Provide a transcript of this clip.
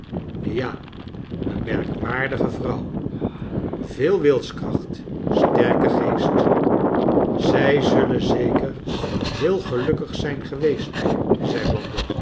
ja een merkwaardige vrouw veel wilskracht sterke geest z ij zullen zeker heel gelukkig zijn geweest zei